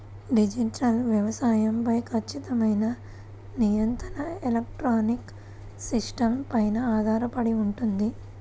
digital వ్యవసాయం పై ఖచ్చితమైన నియంత్రణ ఎలక్ట్రానిక్ సిస్టమ్స్ పైన ఆధారపడి ఉంటుంది